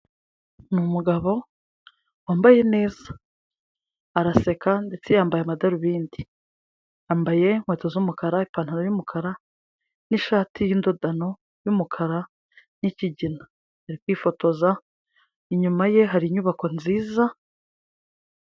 N’umugabo wambaye neza araseka ndetse yambaye amadarubindi yambaye inkweto z'umukara, ipantaro y'umukara n'ishati y'indodano y’umukara n’ikigina ari kwifotoza inyuma ye hari inyubako nziza.